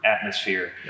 atmosphere